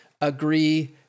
agree